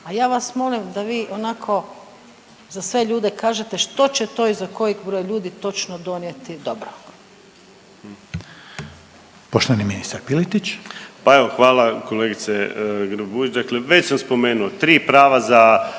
a ja vas molim da vi onako za sve ljude kažete što će to i za koji broj ljudi točno donijeti dobro?